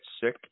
sick